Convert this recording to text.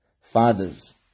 fathers